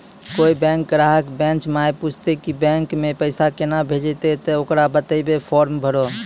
कोय बैंक ग्राहक बेंच माई पुछते की बैंक मे पेसा केना भेजेते ते ओकरा बताइबै फॉर्म भरो